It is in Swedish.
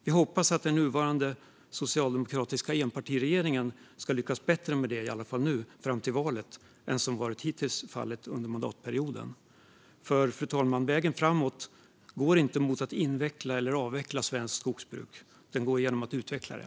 Vi hoppas att den nuvarande socialdemokratiska enpartiregeringen i alla fall ska lyckas bättre med det nu, fram till valet, än vad som varit fallet hittills under mandatperioden. Fru talman! Vägen framåt går inte genom att inveckla eller avveckla svenskt skogsbruk utan genom att utveckla det.